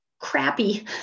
crappy